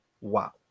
Wow